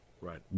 Right